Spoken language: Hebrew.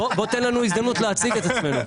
בוא תן לנו הזדמנות להציג את עצמנו.